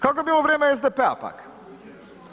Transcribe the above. Kakvo je bilo u vrijeme SDP-a pak?